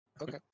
Okay